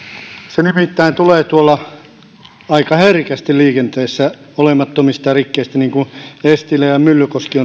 se nimittäin tulee aika herkästi liikenteessä olemattomista rikkeistä niin kuin eestilä ja ja myllykoski